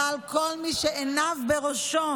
אבל כל מי שעיניו בראשו